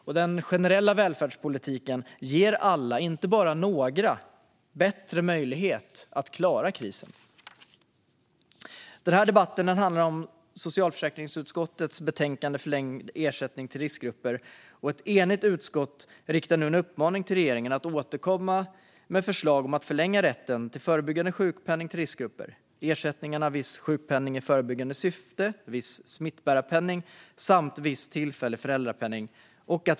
Och den generella välfärdspolitiken ger alla, inte bara några, bättre möjlighet att klara krisen. Den här debatten handlar om socialförsäkringsutskottets betänkande Förlängd ersättning till riskgrupper . Ett enigt utskott riktar nu en uppmaning till regeringen att återkomma med förslag om att förlänga rätten till förebyggande sjukpenning för riskgrupper - ersättningarna viss sjukpenning i förebyggande syfte, viss smittbärarpenning samt viss tillfällig föräldrapenning.